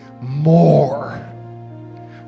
more